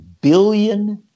billion